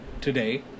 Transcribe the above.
today